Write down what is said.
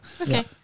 Okay